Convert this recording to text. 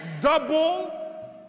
double